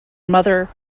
mother